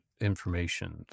information